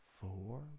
four